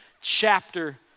chapter